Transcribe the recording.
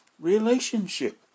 relationship